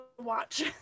watch